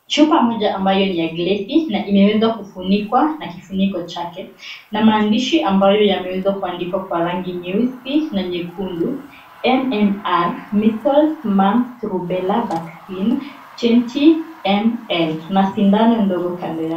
Chupa moja ambayo ni ya glesi na imeweza kufunikwa na kifuniko chake na maandishi ambayo yamewezwa kuandikwa kwa rangi nyeusi na nyekundu MMR Measles Mumps Rubella Vaccine 20ml na sindano ndogo kando yake.